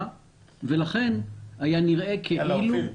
ולכן היה נראה כאילו --- אופיר,